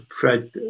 Fred